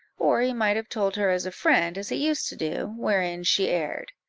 or he might have told her as a friend, as he used to do, wherein she erred.